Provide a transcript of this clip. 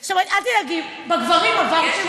יש עישון